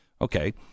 Okay